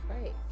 right